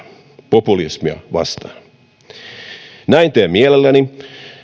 populismia vastaan näin teen mielelläni